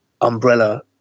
umbrella